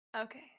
Okay